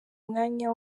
umwanya